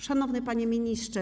Szanowny Panie Ministrze!